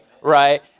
right